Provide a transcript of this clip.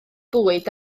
bwyd